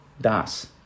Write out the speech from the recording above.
Das